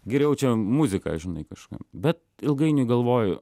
geriau čia muziką žinai kažkaip bet ilgainiui galvoju